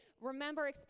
Remember